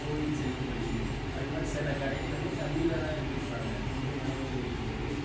கோவில் செல்லும் வழின்னு அது மாதிரி சில கடைகளில் வந்து தமிழில் தான் எழுதியிருப்பாங்க இங்கு உணவு உண்டு